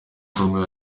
kongo